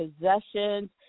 possessions